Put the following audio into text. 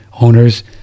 owners